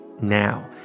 now